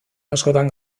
askotan